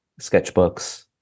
sketchbooks